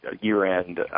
year-end